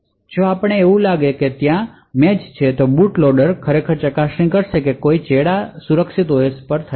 બીજી બાજુ જો એ મેચ કરે છે તો બૂટ લોડર ખરેખર ચકાસણી કરશે કે સુરક્ષિત ઓએસ માં કોઈ ચેડાં નથી